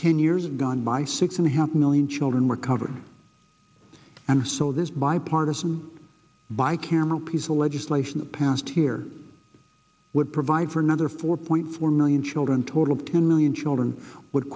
ten years gone by six and a half million children were covered and so this bipartisan buy camera piece the legislation passed here would provide for another four point four million children total two million children would